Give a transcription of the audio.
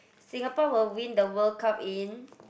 Singapore will win the World Cup in